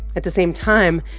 at the same time,